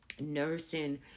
nursing